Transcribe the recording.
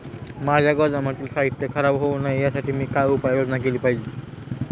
माझ्या गोदामातील साहित्य खराब होऊ नये यासाठी मी काय उपाय योजना केली पाहिजे?